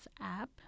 app